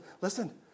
Listen